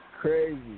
Crazy